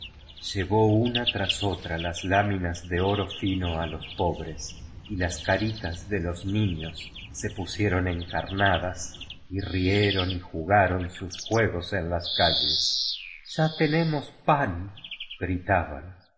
llevó una tras otra las lámi nos do oro fino a los pobres y las caritas de los ni ños se pusieron cucar natías y rieron y jugaron sus juegos en las calles ya tenemos pañi gritaban